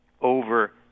over